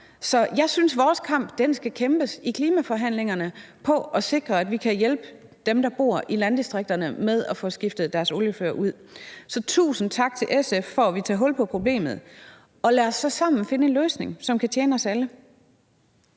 Så jeg synes, at vores kamp skal kæmpes i klimaforhandlingerne for at sikre, at vi kan hjælpe dem, der bor i landdistrikterne, med at få skiftet deres oliefyr ud. Så tusind tak til SF for at ville tage hul på problemet, og lad os så sammen finde en løsning, som kan tjene os alle.